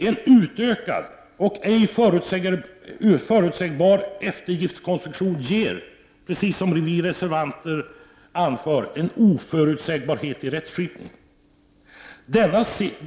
En utökad och ej förutsägbar eftergiftskonstruktion ger, precis som vi reservanter anför, en oförutsägbarhet i rättskipningen.